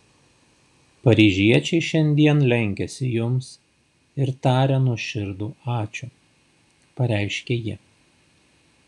paryžiečiai šiandien lenkiasi jums ir taria nuoširdų ačiū pareiškė ji